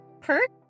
perk